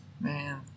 Man